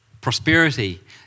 prosperity